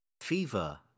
Fever